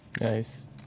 nice